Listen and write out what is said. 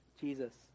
Jesus